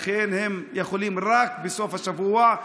לכן הם יכולים רק בסוף השבוע,